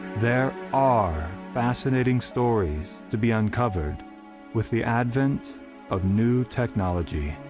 there are, fascinating stories to be uncovered with the advent of new technology.